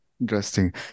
interesting